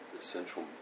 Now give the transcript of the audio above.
essential